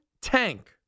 tank